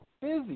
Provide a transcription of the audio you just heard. Busy